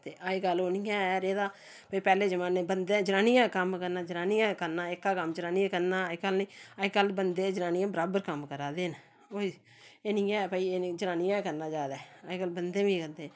ते अज्जकल ओह् निं ऐ रेह्दा भाई पैह्ले जमान्ने बंदे जनानियें कम्म करना जनानियें गै करना एह्का कम्म जनानियें करना अज्जकल न अज्जकल बंदे जनानियां बराबर कम्म करा दे न एह् निं ऐ भाई जनानियां गै करना ज्यादा अज्जकल बंदे बी करदे